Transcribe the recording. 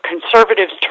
conservatives